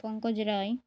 Pankaj Roy